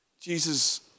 Jesus